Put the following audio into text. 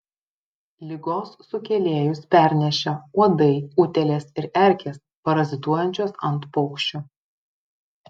ligos sukėlėjus perneša uodai utėlės ir erkės parazituojančios ant paukščių